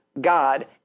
God